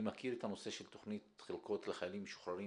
אני מכיר את הנושא של תוכנית חלקות לחיילים משוחררים